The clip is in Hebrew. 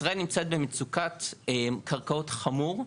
ישראל נמצאת במצוקת קרקעות חמור,